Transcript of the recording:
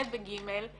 ב' ו-ג'.